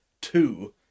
two